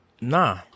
Nah